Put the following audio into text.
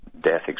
death